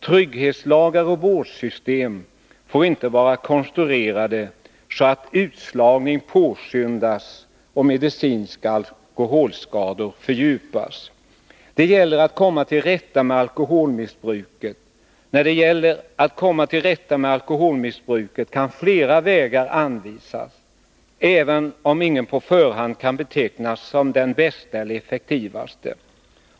Trygghetslagar och vårdsystem får inte vara konstruerade så, att utslagning påskyndas och medicinska alkoholskador fördjupas. Då det gäller att komma till rätta med alkoholmissbruket kan flera vägar anvisas, även om ingen på förhand kan betecknas som den bästa eller effektivaste.